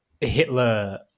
Hitler